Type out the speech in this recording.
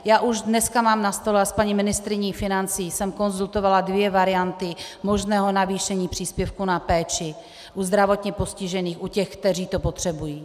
Já už dneska mám na stole s paní ministryní financí jsem konzultovala dvě varianty možného navýšení příspěvku na péči u zdravotně postižených, u těch, kteří to potřebují.